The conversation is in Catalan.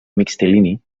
mixtilini